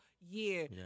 year